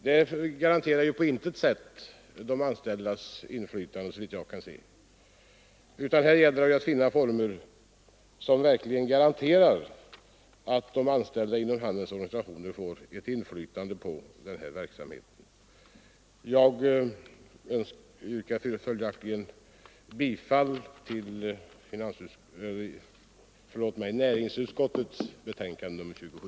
Såvitt jag kan se, tryggar det på intet sätt de anställdas inflytande, utan här gäller det att finna former som verkligen garanterar att de anställda genom sina organisationer får ett inflytande över verksamheten, Jag yrkar följaktligen bifall till näringsutskottets hemställan i betänkandet nr 27.